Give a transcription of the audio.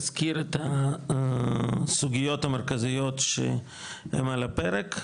אזכיר את הסוגיות המרכזיות שעל הפרק,